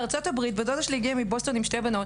בת דודה שלי הגיעה לכאן מבוסטון עם שתי בנות